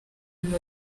biba